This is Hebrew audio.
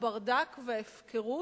הברדק וההפקרות,